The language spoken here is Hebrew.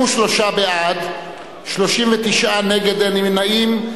23 בעד, 39 נגד, אין נמנעים.